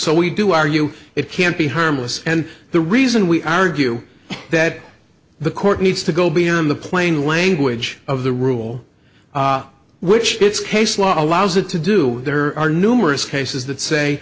so we do argue it can't be harmless and the reason we argue that the court needs to go beyond the plain language of the rule which it's case law allows it to do there are numerous cases that say